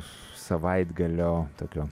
savaitgalio tokio